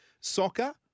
Soccer